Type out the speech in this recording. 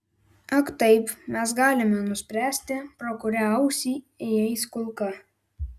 ak taip mes galime nuspręsti pro kurią ausį įeis kulka